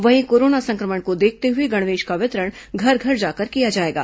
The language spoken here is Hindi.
वहीं कोरोना संक्रमण को देखते हुए गणवेश का वितरण घर घर जाकर किया जाएगा